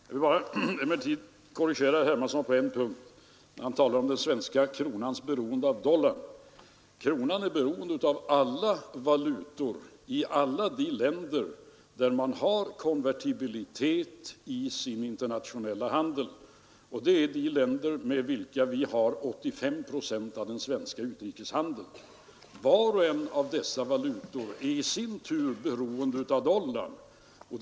Jag vill emellertid korrigera herr Hermansson på en punkt, nämligen när han talade om den svenska kronans beroende av dollarn. Kronan är beroende av valutorna i alla de länder där man har konvertibilitet i sin internationella handel, och med sådana länder har Sverige 85 procent av sin utrikeshandel. Var och en av dessa valutor är i sin tur beroende av dollarn.